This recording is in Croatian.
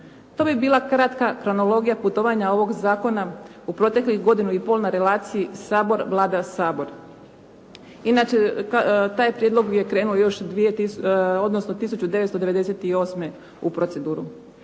To bi bila kratka kronologija putovanja ovog zakona u proteklih godinu i pol na relaciji Sabor-Vlada-Sabor. Inače, taj prijedlog je krenuo 1998. u proceduru.